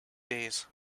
days